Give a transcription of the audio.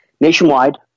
Nationwide